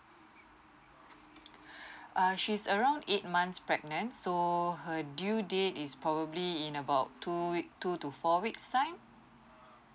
err she's around eight months pregnant so her due date is probably in about two week two to four weeks time